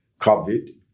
COVID